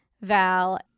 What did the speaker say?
Val